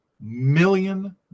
million